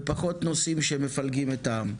ופחות נושאים שמפלגים את העם.